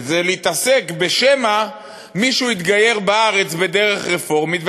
להתעסק שמא מישהו יתגייר בארץ בדרך רפורמית,